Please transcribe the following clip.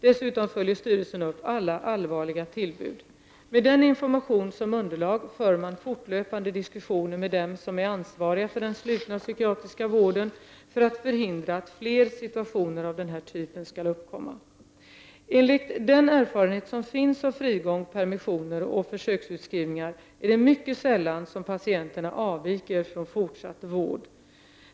Dessutom följer styrelsen upp alla allvarliga tillbud. Med denna information som underlag för man fortlöpande diskussioner med dem som är ansvariga för den slutna psykiatriska vården för att förhindra att fler situationer av den här typen skall uppkomma. Enligt den erfarenhet som finns av frigång, permissioner och försöksutskrivningar är det mycket sällan som patienterna avviker från fortsatt vård.